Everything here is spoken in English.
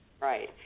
right